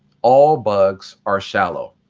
all bugs are shallow.